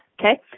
okay